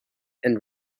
and